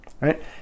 right